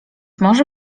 może